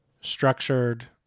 structured